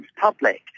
public